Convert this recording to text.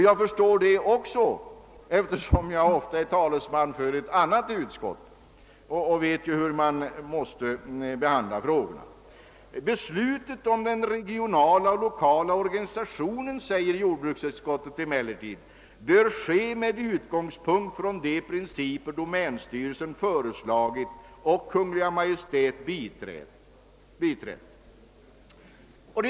Jag förstår detta, eftersom jag också är talesman för ett annat ut skott och vet hur man måste behandla frågorna. »Sådant beslut» — alltså om den regionala och lokala organisationen — »bör ske med utgångspunkt från de principer domänstyrelsen föreslagit och Kungl. Maj:t biträtt», skriver utskottet.